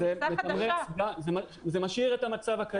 זה משאיר את המצב הקיים,